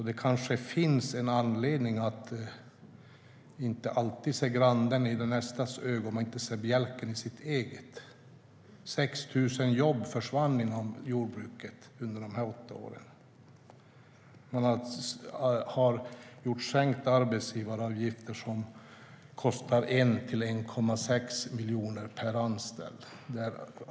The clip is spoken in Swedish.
Det kanske finns anledning att påminna om talesättet att se grandet i sin nästas öga men inte bjälken i sitt eget. 6 000 jobb försvann inom jordbruket under de åtta åren. Man har sänkt arbetsgivaravgifterna, vilket medför att det kostar 1-1,6 miljoner per anställd.